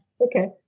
Okay